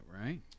right